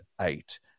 eight